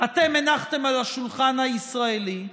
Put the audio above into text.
אתם הנחתם על השולחן הישראלי,